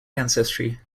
ancestry